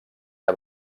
que